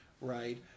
right